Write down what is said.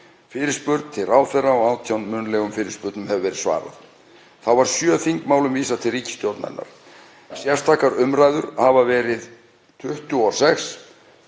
fyrirspurn til ráðherra og 18 munnlegum fyrirspurnum hefur verið svarað. Þá var 7 þingmálum vísað til ríkisstjórnarinnar. Sérstakar umræður hafa verið 26 og í 10